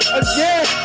again